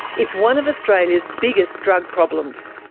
it's one of australia's biggest drug problems.